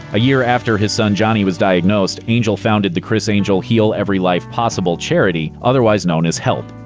a year after his son johnny was diagnosed, angel founded the criss angel heal every life possible charity, otherwise known as help.